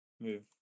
move